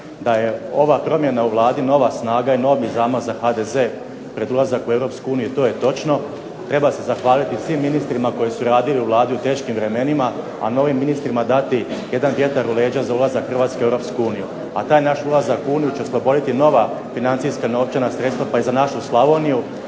Da je ova promjena u Vladi nova snaga i novi zamah za HDZ pred ulazak u EU to je točno. Treba se zahvaliti svim ministrima koji su radili u Vladi u teškim vremenima, a novim ministrima dati jedan novi vjetar u leđa za ulazak Hrvatske u EU. A taj naš ulazak u Uniju će osloboditi nova financijska novčana sredstva pa i za našu Slavoniju.